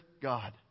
God